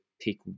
pick